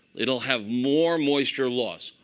it'll have more moisture loss.